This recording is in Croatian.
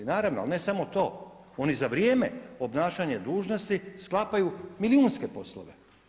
Naravno, ali ne samo to, oni za vrijeme obnašanja dužnosti sklapaju milijunske poslove.